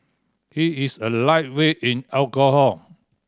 he is a lightweight in alcohol